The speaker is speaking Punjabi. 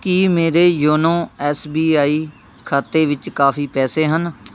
ਕੀ ਮੇਰੇ ਯੋਨੋ ਐੱਸ ਬੀ ਆਈ ਖਾਤੇ ਵਿੱਚ ਕਾਫ਼ੀ ਪੈਸੇ ਹਨ